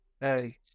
Hey